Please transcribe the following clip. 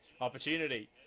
opportunity